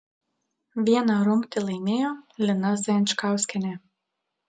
vieną rungtį laimėjo lina zajančkauskienė